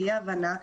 תהיה הבנה,